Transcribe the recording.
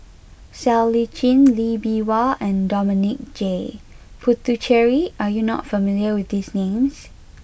Siow Lee Chin Lee Bee Wah and Dominic J Puthucheary are you not familiar with these names